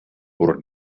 por